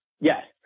Yes